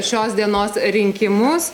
šios dienos rinkimus